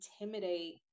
intimidate